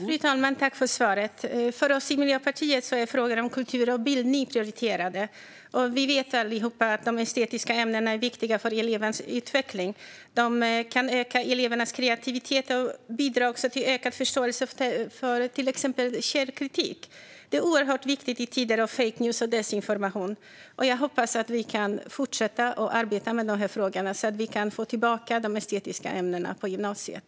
Fru talman! Tack för svaret! För oss i Miljöpartiet är frågan om kultur och bildning prioriterad. Vi vet allihop att de estetiska ämnena är viktiga för elevernas utveckling. De kan öka elevernas kreativitet och bidrar också till ökad förståelse för till exempel källkritik. Det är oerhört viktigt i tider av fake news och desinformation. Jag hoppas att vi kan fortsätta att arbeta med de frågorna så att vi kan få tillbaka de estetiska ämnena på gymnasiet.